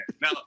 Now